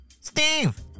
Steve